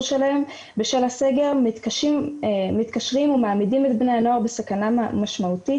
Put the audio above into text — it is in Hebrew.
שלהן בשל הסגר מתקשרים ומעמידים את בני הנוער בסכנה משמעותית.